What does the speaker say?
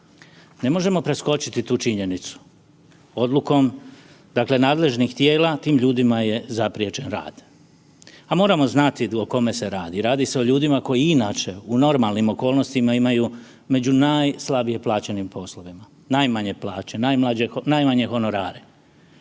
Ne možemo preskočiti tu činjenicu, odlukom, dakle nadležnih tijela, tim ljudima je zapriječen rad. A moramo znati o kome se radi. Radi se o ljudima koji inače u normalnim okolnostima imaju, među najslabije plaćenim poslovima, najmanje plaće, najmanje honorare.